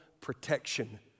protection